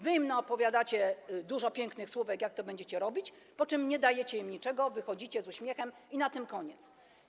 Wy im naopowiadacie dużo pięknych słówek, jak to będziecie robić, po czym nie dajecie im niczego, wychodzicie z uśmiechem i na tym koniec.